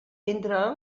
entre